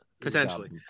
Potentially